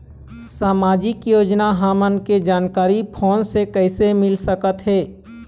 सामाजिक योजना हमन के जानकारी फोन से कइसे मिल सकत हे?